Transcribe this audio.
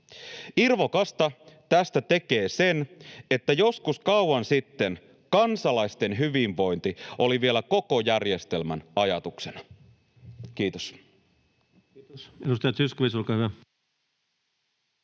Irvokasta tästä tekee se, että joskus kauan sitten kansalaisten hyvinvointi oli vielä koko järjestelmän ajatuksena. — Kiitos.